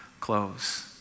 close